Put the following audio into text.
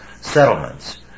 settlements